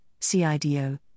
CIDO